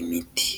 imiti.